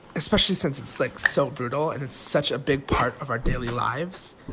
especially since it's, like, so brutal, and it's such a big part of our daily lives.